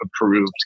approved